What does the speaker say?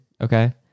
okay